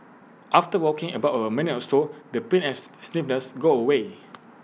after walking about A minute or so the pain as stiffness go away